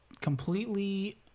completely